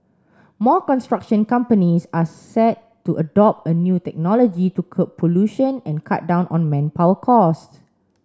more construction companies are set to adopt a new technology to curb pollution and cut down on manpower costs